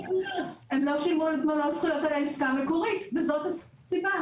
הם לא שילמו את מלוא -- מיגורית, וזאת הסיבה.